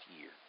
year